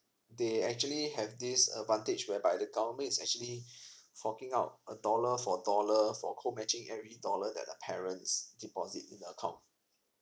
they actually have this advantage whereby the government is actually forking out a dollar for dollar for co matching every dollar that the parents deposit in the account